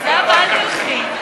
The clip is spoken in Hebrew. לצמצום השימוש במזומן,